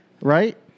right